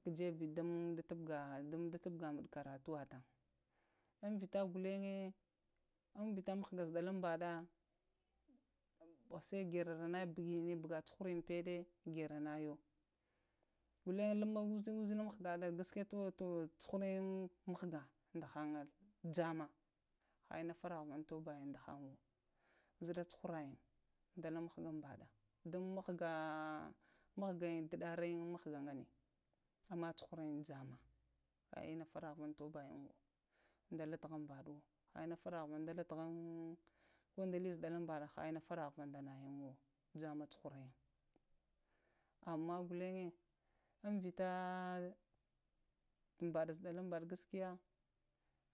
Ko jebe dum tubga muɗu kara tuwata umvita ghviniŋ, umnŋ vita mghga zaɗalumŋ bana sai gheronayi ɓugəna ɓuiga cuhurəna paɗe garanayo ghunə lən muzənhan mghgana gaskiya wato cuhurayəŋ mghga dahaŋ jamŋma ha inna faravha tobayənwo ɗahawo zaɗa cuhurayin dala mghganɓaɗa dam mghghayin ɗunaryən haghga gaɗe amma cuharən jamma ha inna farahava to bayənwo da la tahanɓaɗuwo, ha inna fara hava da latavanŋ, ko da li zalam ɓaɗa ha inna farahava da nayənŋwo jama cuhurayənə amma ghalŋze am ata tuɓa ɗa zuɗalanŋbaɗa gaskiya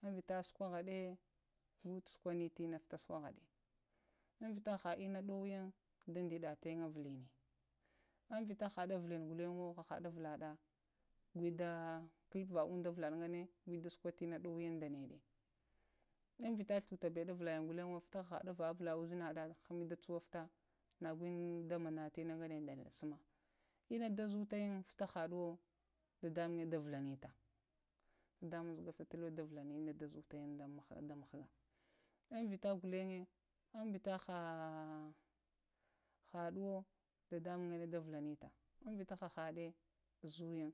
am ata suko haɗa go sukorəta təna vita sukoha ɗa invita ha inna ɗowayəŋ dədəɗatayin avi ləne amvəta haɗu aculenghulange na ha heɗe avulaɗa haɗu aculenghuange na ha haɗe avulaɗa gwe ɗa kulfa inɗa avul aɗa gane kolna to ɗowm da neɗe amveta flude avaling vita hahaɗe avala uzənhada to tswufta nago go gowin da manata inna gane suma inna ɗazutagin vita haɗiwo na dadamun ŋe da vulanita, dadamanŋ jughtalwa da valənəta inna da zumunŋ da mghga am vita ghlaye am vita ha ha ɗowo dadamunŋ da valinita um vidahahade zuyin,